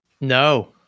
No